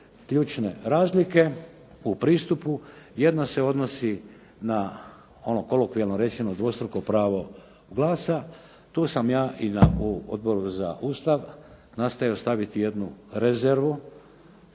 ključne razlike u pristupu. Jedna se odnosi na ono kolokvijalno rečeno dvostruko pravo glasa. Tu sam ja i na Odboru za Ustav nastojao staviti jednu rezervu